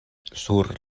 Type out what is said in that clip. sur